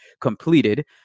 completed